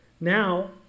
now